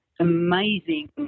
amazing